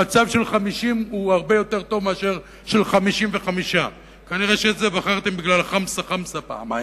המצב של 50 הוא הרבה יותר טוב מאשר של 55. כנראה את זה בחרתם בגלל החמסה חמסה פעמיים.